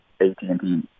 AT&T